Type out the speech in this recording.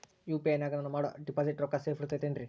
UPI ನಾಗ ನಾನು ಮಾಡೋ ಡಿಪಾಸಿಟ್ ರೊಕ್ಕ ಸೇಫ್ ಇರುತೈತೇನ್ರಿ?